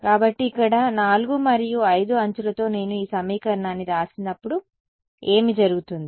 కాబట్టి ఇక్కడ 4 మరియు 5 అంచులతో నేను ఈ సమీకరణాన్ని వ్రాసినప్పుడు ఏమి జరుగుతుంది